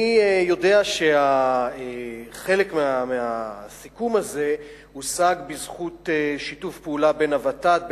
אני יודע שחלק מהסיכום הזה הושג בזכות שיתוף פעולה בין הות"ת,